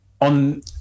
On